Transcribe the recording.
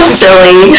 silly